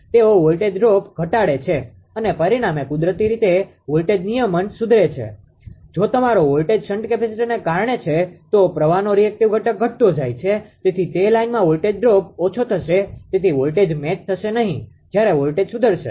તેઓ voltage drop ઘટાડે છે અને પરિણામે કુદરતી રીતે વોલ્ટેજ નિયમન સુધરે છે જો તમારો વોલ્ટેજ શન્ટ કેપેસિટરને કારણે છે તો પ્રવાહનો રીએક્ટીવ ઘટક ઘટતો જાય છે તેથી તે લાઇનમાં વોલ્ટેજ ડ્રોપ ઓછો થશે તેથી વોલ્ટેજ મેચ થશે નહીં જ્યારે વોલ્ટેજ સુધરશે